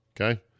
okay